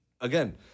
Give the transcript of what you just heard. again